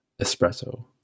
espresso